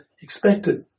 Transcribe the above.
expected